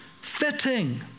fitting